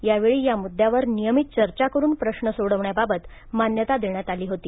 त्यावेळी या मुद्यावर नियमित चर्चा करुनप्रश्न सोडवण्याबाबत मान्यता देण्यात आली होती